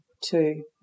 two